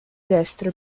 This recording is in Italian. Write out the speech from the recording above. destro